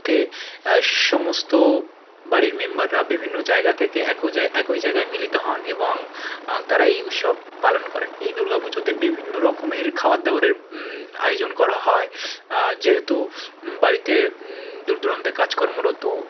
তে সমস্ত বাড়ির মেম্বাররা বিভিন্ন জায়গা থেকে এক হয়ে যায় একই জায়গায় মিলিত হন এবং তারা এই উৎসব পালন করেন এই দুর্গা পুজোতে বিভিন্ন রকমের খাবার দাবারের আয়োজন করা হয় যেহেতু বাড়িতে দূরদূরান্তে কাজ কর্মরত